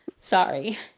Sorry